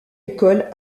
école